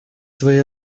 свои